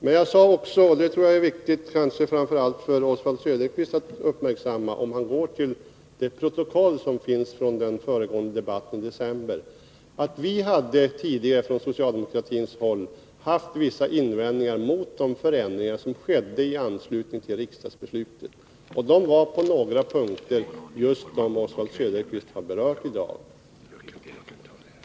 Men jag sade också — och det tror jag är viktigt för framför allt Oswald Söderqvist att uppmärksamma, om han går till det protokoll som finns från den föregående debatten i december — att vi från socialdemokratins håll tidigare hade haft vissa invändningar mot de förändringar som skedde i anslutning till riksdagsbeslutet. Dessa var på några punkter just de som Oswald Söderqvist har berört i dag.